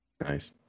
Nice